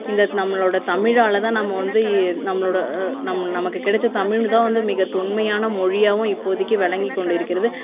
இந்த நம்மளோடய தமிழால் தான் நம்ம வந்து நம்மளோடய நம்ம நமக்கு கிடைச்ச தமிழ் தான் வந்து மிக தொன்மையான மொழியாகவும் இப்போதிக்கு விளங்கிக் கொண்டிருக்கிறது